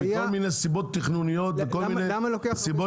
וכל מיני סיבות תכנוניות וכל מיני סיבות